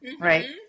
right